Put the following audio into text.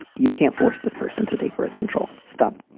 you can't force this person to take birth control. stop.